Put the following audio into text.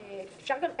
אפשרית.